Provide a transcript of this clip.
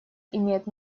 имеет